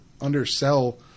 undersell